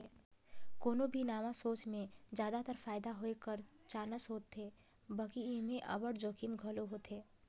कोनो भी नावा सोंच में जादातर फयदा होए कर चानस होथे बकि एम्हें अब्बड़ जोखिम घलो होथे